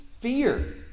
fear